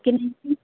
की